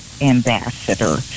Ambassador